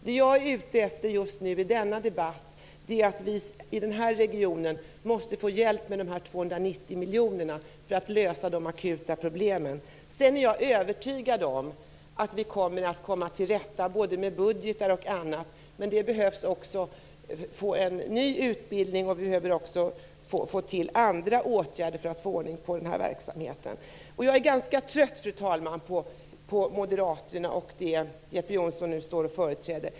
Det jag är ute efter just nu i debatten är att vi i denna region måste få hjälp med 290 miljoner för att kunna lösa de akuta problemen. Jag är övertygad om att vi kommer att komma till rätta med både budgetar och annat. Men vi behöver också en ny utbildning och andra åtgärder för att få ordning på verksamheten. Jag är ganska trött på moderaterna och det som Jeppe Johnsson företräder.